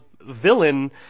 villain